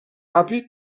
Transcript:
ràpid